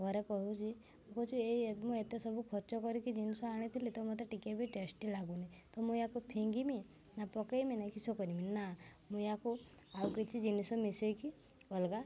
ଘରେ କହୁଛି କହୁଛି ଏଇ ମୁଁ ଏତେ ସବୁ ଖର୍ଚ୍ଚ କରିକି ଜିନିଷ ଆଣିଥିଲି ତ ମୋତେ ଟିକେ ବି ଟେଷ୍ଟି ଲାଗୁନି ତ ମୁଁ ୟାକୁ ଫିଙ୍ଗିମି ନା ପକାଇମି ନା କିସ କରିମି ନା ମୁଁ ୟାକୁ ଆଉ କିଛି ଜିନିଷ ମିଶାଇକି ଅଲଗା